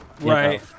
Right